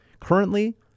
Currently